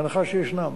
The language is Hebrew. בהנחה שישנם,